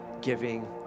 giving